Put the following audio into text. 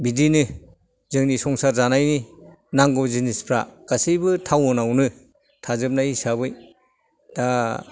बिदिनो जोंनि संसार जानायनि नांगौ जिनिसफ्रा गासैबो थाउनआवनो थाजोबनाय हिसाबै दा